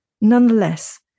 Nonetheless